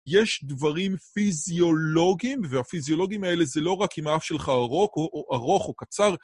יש דברים פיזיולוגיים, והפיזיולוגיים האלה זה לא רק עם האף שלך ארוך או ארוך או קצר,